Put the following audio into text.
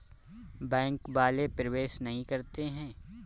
Bank वाले प्रवेश नहीं करते हैं?